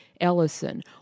Ellison